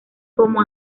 como